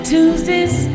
Tuesdays